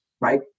right